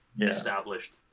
established